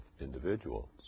individuals